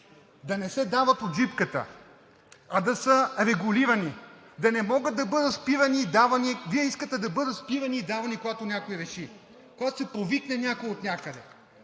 да не се дават от джипката, а да са регулирани, да не могат да бъдат спирани и давани? Вие искате да бъдат спирани и давани, когато някой реши, когато се провикне някой отнякъде.